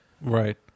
Right